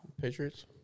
Patriots